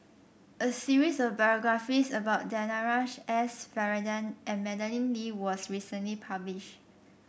a series of biographies about Danaraj S Varathan and Madeleine Lee was recently published